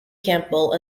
campbell